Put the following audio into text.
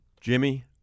Jimmy